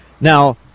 Now